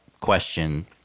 question